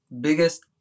biggest